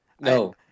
No